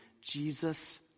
Jesus